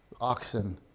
oxen